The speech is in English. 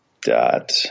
dot